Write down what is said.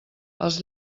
els